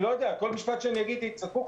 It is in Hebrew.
כל משפט שאני אגיד יצעקו?